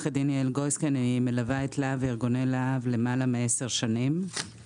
אני מלווה את להב ואת ארגוני להב למעלה מ-12 שנה.